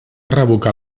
revocar